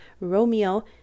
Romeo